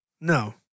No